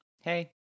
Hey